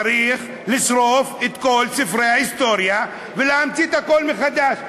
צריך לשרוף את כל ספרי ההיסטוריה ולהמציא את הכול מחדש.